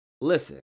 listen